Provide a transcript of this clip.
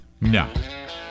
No